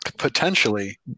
Potentially